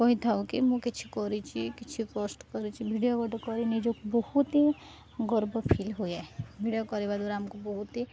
କହିଥାଉ କି ମୁଁ କିଛି କରିଛି କିଛି ପୋଷ୍ଟ କରିଛି ଭିଡ଼ିଓ ଗୋଟେ କରି ନିଜକୁ ବହୁତ ଗର୍ବ ଫିଲ୍ ହୁଏ ଭିଡ଼ିଓ କରିବା ଦ୍ୱାରା ଆମକୁ ବହୁତି